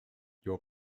your